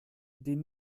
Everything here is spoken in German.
den